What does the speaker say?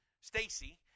Stacy